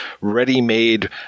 ready-made